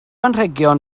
anrhegion